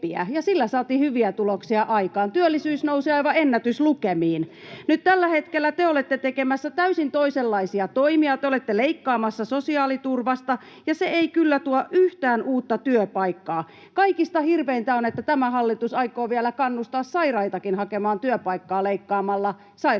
sillä saatiin hyviä tuloksia aikaan: työllisyys nousi aivan ennätyslukemiin. Nyt tällä hetkellä te olette tekemässä täysin toisenlaisia toimia. Te olette leikkaamassa sosiaaliturvasta, ja se ei kyllä tuo yhtään uutta työpaikkaa. Kaikista hirveintä on se, että tämä hallitus aikoo vielä kannustaa sairaitakin hakemaan työpaikkaa leikkaamalla sairauspäivärahaa.